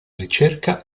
ricerca